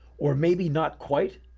or, maybe, not quite?